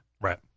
Right